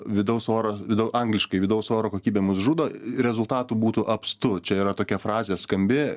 vidaus oro angliškai vidaus oro kokybė mus žudo rezultatų būtų apstu čia yra tokia frazė skambi